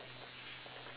okay